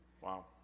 Wow